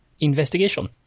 investigation